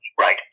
Right